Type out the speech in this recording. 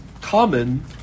common